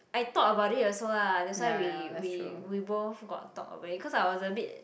I thought about it also ah that's why we we we both got talk already cause I was a bit